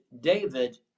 David